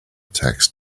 text